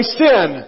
sin